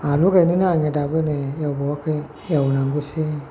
आलु गायनोनो आंनिया दाबोनो नै एवबावाखै एवनांगौसो